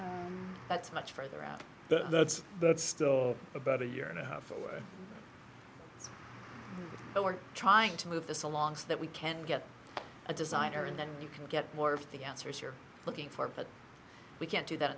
be that's much further out there that's still about a year and a half away but we're trying to move this along so that we can get a designer and then you can get more of the answers you're looking for but we can't do that